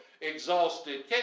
exhausted